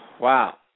wow